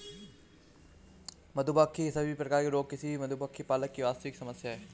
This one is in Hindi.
मधुमक्खी के सभी प्रकार के रोग किसी भी मधुमक्खी पालक की वास्तविक समस्या है